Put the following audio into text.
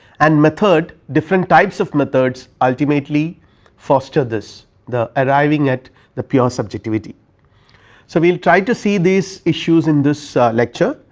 and method different types of methods ultimately foster this the arriving at the pure subjectivity. so, we will try to see these issues in this lecture.